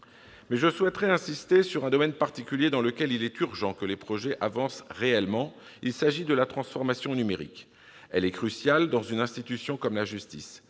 Mais je souhaiterais insister sur un domaine particulier, dans lequel il est urgent que les projets avancent réellement : je veux parler de la transformation numérique. Elle est cruciale dans une institution comme la justice.